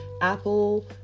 Apple